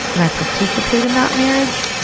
and i participate in that marriage.